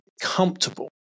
Comfortable